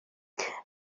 beth